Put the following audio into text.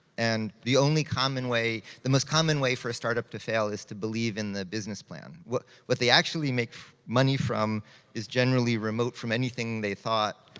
and the only common way, the most common way for a startup to fail is to believe in the business plan. what what they actually make money from is generally remote from anything they thought,